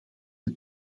het